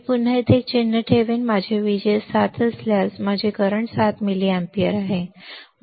मी पुन्हा येथे एक चिन्ह ठेवेन मग माझे व्हीजीएस 7 मोल्सच्या बरोबरीचे आहे माझे करंट सुमारे 7 मिलीअँपिअर आहे